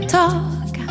talk